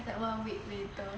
that's like one week later